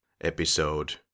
episode